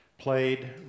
played